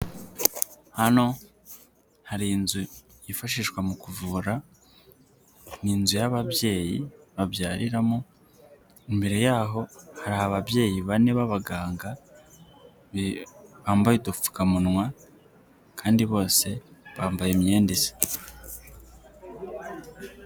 Hano hari inzu yifashishwa mu kuvura ni inzu y'ababyeyi babyariramo imbere yaho hari ababyeyi bane b'abaganga bambaye udupfukamunwa kandi bose bambaye imyenda isa.